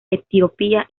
etiopía